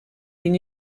bin